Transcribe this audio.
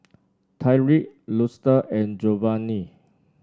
Tyrik Luster and Jovanny